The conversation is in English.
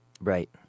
Right